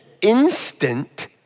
instant